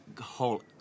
whole